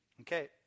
Okay